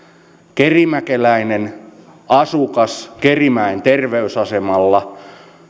kerimäkeläinen asukas kerimäen terveysasemalla